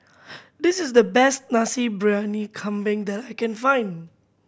this is the best Nasi Briyani Kambing that I can find